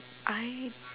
I